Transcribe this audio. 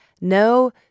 no